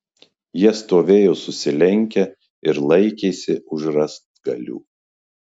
jie stovėjo susilenkę ir laikėsi už rąstgalių